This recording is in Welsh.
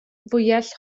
fwyell